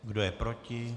Kdo je proti?